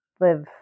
live